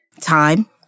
Time